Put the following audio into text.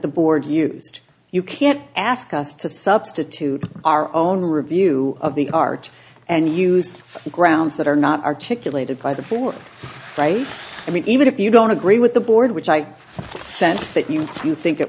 the board used you can't ask us to substitute our own review of the art and use the grounds that are not articulated by the four right i mean even if you don't agree with the board which i sense that you do think it